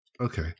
Okay